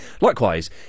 Likewise